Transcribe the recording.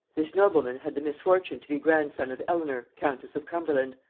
this nobleman had the misfortune to be grandson of eleanor countess of cumberland,